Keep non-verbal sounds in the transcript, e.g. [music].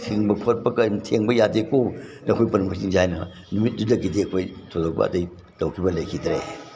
ꯊꯤꯡꯕ ꯈꯣꯠꯄ ꯊꯦꯡꯕ ꯌꯥꯗꯦꯀꯣ ꯅꯈꯣꯏ [unintelligible] ꯍꯥꯏꯅ ꯅꯨꯃꯤꯠꯇꯨꯗꯒꯤꯗꯤ ꯑꯩꯈꯣꯏ ꯊꯣꯏꯗꯣꯛꯄ ꯑꯇꯩ ꯇꯧꯈꯤꯕ ꯂꯩꯈꯤꯗ꯭ꯔꯦ